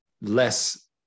less